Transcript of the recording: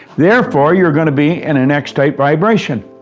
therefore, you're going to be in an x-type vibration,